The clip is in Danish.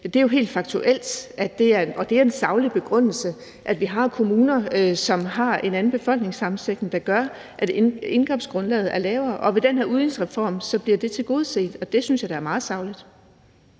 Det er jo helt faktuelt, og det er en saglig begrundelse, at vi har kommuner, som har en anden befolkningssammensætning, der gør, at indkomstgrundlaget er lavere. Og med den her udligningsreform bliver det tilgodeset. Det synes jeg da er meget sagligt.